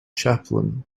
chaplain